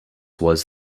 was